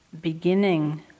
beginning